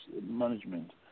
management